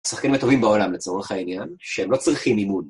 שחקנים הטובים בעולם לצורך העניין, שהם לא צריכים אימון.